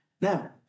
Now